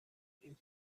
این